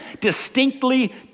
distinctly